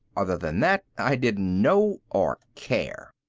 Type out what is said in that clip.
other than that i didn't know or care.